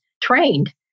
trained